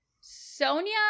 Sonia